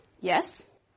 Yes